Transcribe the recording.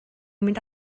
mynd